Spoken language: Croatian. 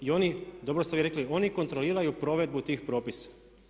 I oni, dobro ste vi rekli oni kontroliraju provedbu tih propisa.